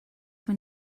when